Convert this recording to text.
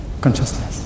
consciousness